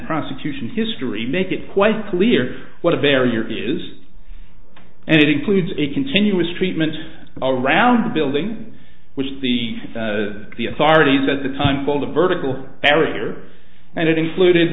prosecution history make it quite clear what a barrier is and it includes a continuous treatment around the building which the the authorities at the time called a vertical barrier and it included